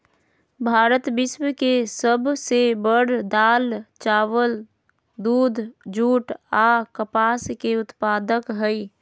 भारत विश्व के सब से बड़ दाल, चावल, दूध, जुट आ कपास के उत्पादक हई